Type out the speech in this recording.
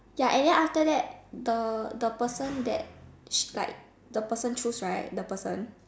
ya and then after that the the person that like the person choose right the person